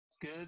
good